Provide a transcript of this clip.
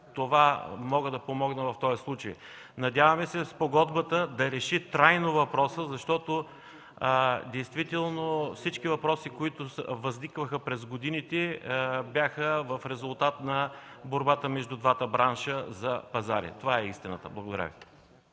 това мога да помогна в този случай. Надяваме се спогодбата да реши трайно въпроса, защото действително всички въпроси, които възникваха през годините, бяха в резултат на борбата между двата бранша за пазари. Това е истината. Благодаря.